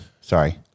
Sorry